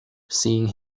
seeing